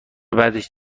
بعدش